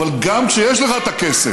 גם כשיש לך את הכסף,